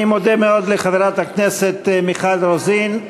אני מודה מאוד לחברת הכנסת מיכל רוזין.